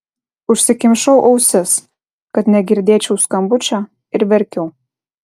užsikimšau ausis kad negirdėčiau skambučio ir verkiau